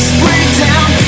breakdown